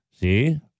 See